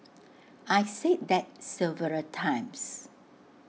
I said that several times